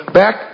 back